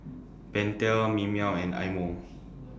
Pentel Mimeo and Eye Mo